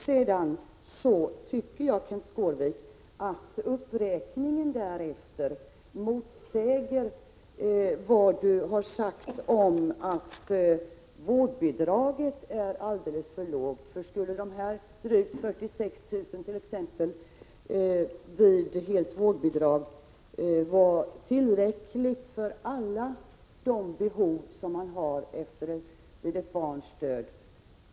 Jag tycker att Kenth Skårviks uppräkning av en mängd möjligheter som står till buds motsäger vad han sagt om att vårdbidraget är alldeles för lågt. De drygt 46 000 kr. som utgår till dem som har helt vårdbidrag skulle alltså vara tillräckligt för att täcka alla de behov som föräldrarna har vid ett barns död.